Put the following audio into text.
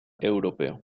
europeo